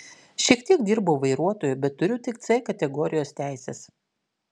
šiek tiek dirbau vairuotoju bet turiu tik c kategorijos teises